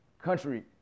Country